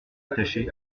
attaché